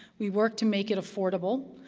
we work to make it affordable,